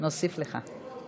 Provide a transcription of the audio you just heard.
נוסיף לך.